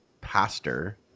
pastor